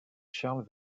charles